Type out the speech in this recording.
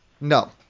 no